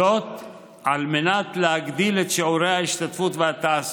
כל המשק כבר עובד, רק